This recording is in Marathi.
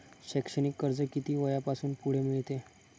शैक्षणिक कर्ज किती वयापासून पुढे मिळते?